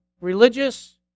religious